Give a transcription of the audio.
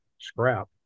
scrap